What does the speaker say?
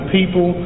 people